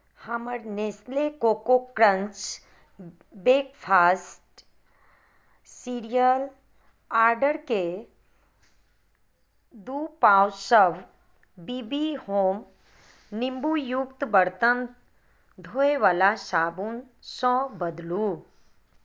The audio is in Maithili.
हमर Nestle cocoa crunch breakfast cereal ऑर्डरके दू पाउचसभ बी बी होम नीम्बूयुक्त बरतन धोयवला साबुनसँ बदलू